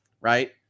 right